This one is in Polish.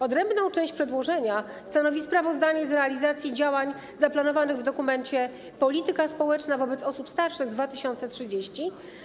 Odrębną część przedłożenia stanowi sprawozdanie z realizacji działań zaplanowanych w dokumencie ˝Polityka społeczna wobec osób starszych 2030.